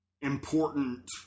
important